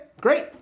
great